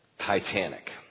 Titanic